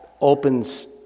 opens